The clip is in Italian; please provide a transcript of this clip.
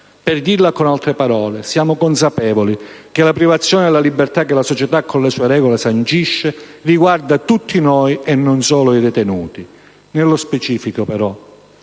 Per dirla con altre parole, siamo consapevoli che la privazione della libertà che la società con le sue regole sancisce riguarda tutti noi e non solo i detenuti. Nello specifico però